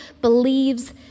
believes